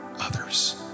others